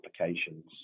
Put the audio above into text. applications